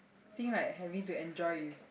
think like having to enjoy if